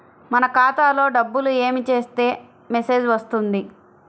మన ఖాతాలో డబ్బులు ఏమి చేస్తే మెసేజ్ వస్తుంది?